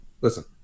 Listen